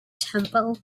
temple